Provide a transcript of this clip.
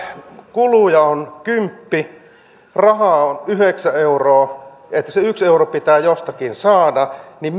kuluja on kymppi ja rahaa on yhdeksän euroa eli se yksi euro pitää jostakin saada niin